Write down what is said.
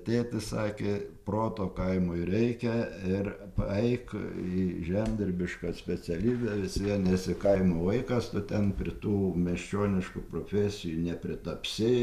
tėtis sakė proto kaimui reikia ir eik į žemdirbišką specialybę vis vien esi kaimo vaikas tu ten prie tų miesčioniškų profesijų nepritapsi